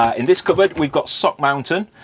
ah in this cupboard we've got sock mountain.